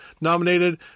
nominated